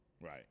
Right